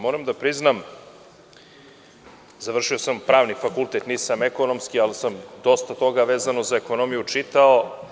Moram da priznam, završio sam pravni fakultet, nisam ekonomski, ali sam dosta toga vezano za ekonomiju čitao.